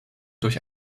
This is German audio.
durch